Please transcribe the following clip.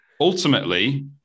Ultimately